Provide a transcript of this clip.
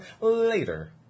later